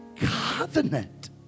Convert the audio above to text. covenant